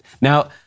Now